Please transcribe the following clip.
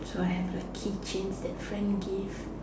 so I have like key chains that friend give